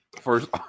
first